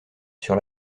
sur